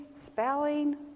spelling